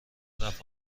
رفت